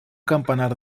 campanar